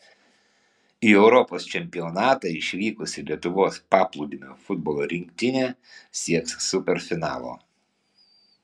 į europos čempionatą išvykusi lietuvos paplūdimio futbolo rinktinė sieks superfinalo